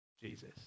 Jesus